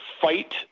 fight